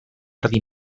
erdi